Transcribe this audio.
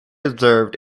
observed